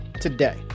today